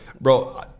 bro